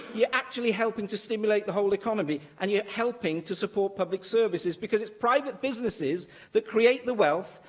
you're actually helping to stimulate the whole economy and you're helping to support public services because it's private businesses that create the wealth,